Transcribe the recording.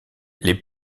les